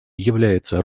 является